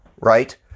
right